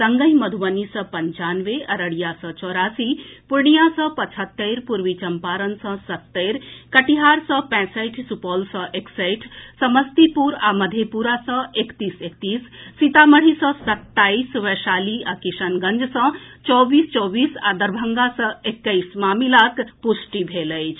संगहि मधुबनी सँ पंचानवे अररिया सऽ चौरासी पूर्णियां सँ पचहत्तरि पूर्वी चम्पारण सऽ सत्तरि कटिहार सँ पैंसठि सुपौल सऽ एकसठि समस्तीपुर आ मधेपुरा सँ एकतीस एकतीस सीतामढ़ी सँ सत्ताईस वैशाली आ किशनगंज सँ चौबीस चौबीस आ दरभंगा सऽ एक्कैस मामिलाक पुष्टि भेल अछि